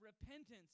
repentance